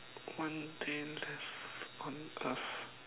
one day left on earth